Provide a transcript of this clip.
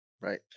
right